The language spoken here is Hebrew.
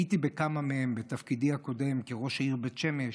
הייתי בכמה מהם בתפקידי הקודם כראש העיר בית שמש,